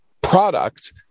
product